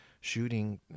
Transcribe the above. shooting